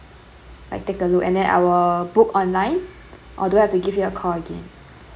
I take a look and then I will book online or do I have to give you a call again